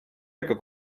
jako